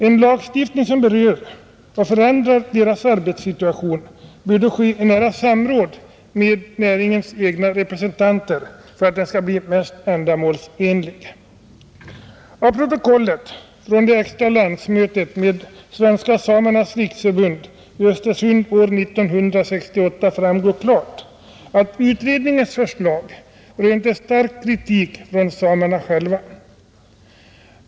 En lagstiftning som berör och förändrar deras arbetssituation bör då ske i nära samråd med näringens egna representanter för att bli mest ändamålsenlig. Av protokollet från det extra landsmötet med Svenska samernas riksförbund i Östersund år 1968 framgår klart att utredningens förslag rönte stark kritik från samerna själva.